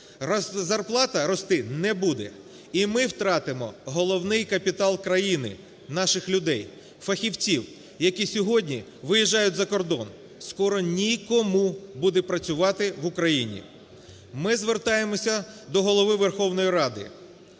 зарплата рости не буде, і ми втратимо головний капітал країни – наших людей, фахівців, які сьогодні виїжджають за кордон. Скоро н і кому буде працювати в Україні. Ми звертаємося до Голови Верховної Ради.